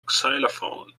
xylophone